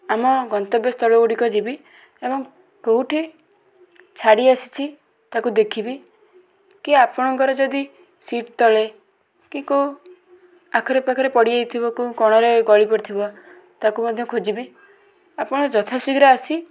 ଆମ ଗନ୍ତବ୍ୟସ୍ଥଳଗୁଡ଼ିକ ଯିବି ଏବଂ କେଉଁଠି ଛାଡ଼ି ଆସିଛି ତାକୁ ଦେଖିବି କି ଆପଣଙ୍କର ଯଦି ସିଟ୍ ତଳେ କି କେଉଁ ଆଖରେ ପାଖରେ ପଡ଼ିଯାଇଥିବ କେଉଁ କୋଣରେ ଗଳିପଡ଼ିଥିବ ତାକୁ ମଧ୍ୟ ଖୋଜିବି ଆପଣ ଯଥା ଶୀଘ୍ର ଆସି